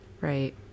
Right